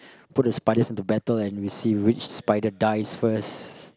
put the spiders into battle and we see which spider dies first